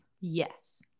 Yes